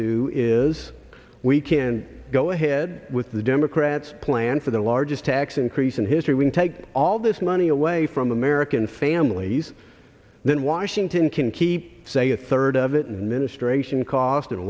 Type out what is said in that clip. do is we can go ahead with the democrats plan for the largest tax increase in history we take all this money away from american families then washington can keep say a third of it and